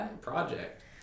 project